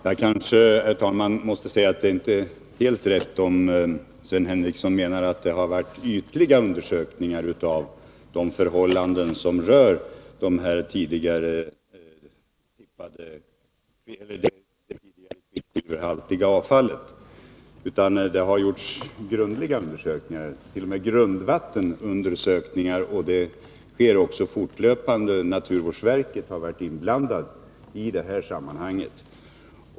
Herr talman! Jag kanske måste säga att det är inte helt rätt om Sven Henricsson menar att det har varit ytliga undersökningar av de förhållanden som rör det tidigare kvicksilverhaltiga avfallet. Det har gjorts grundliga undersökningar —t.o.m. grundvattensundersökningar — och det sker också fortlöpande. Naturvårdsverket har varit inblandat i sammanhanget.